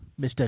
Mr